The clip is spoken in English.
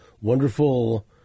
Wonderful